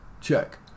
check